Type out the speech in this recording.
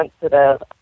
sensitive